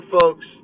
folks